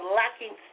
lacking